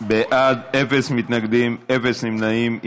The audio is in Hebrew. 47 בעד, אפס מתנגדים, אפס נמנעים.